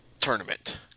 tournament